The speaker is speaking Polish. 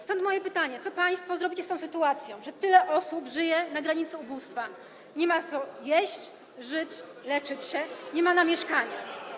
Stąd moje pytanie: Co państwo zrobicie z tą sytuacją, że tyle osób żyje na granicy ubóstwa, nie ma co jeść, za co żyć, leczyć się, nie ma na mieszkanie?